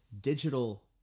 digital